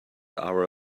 hour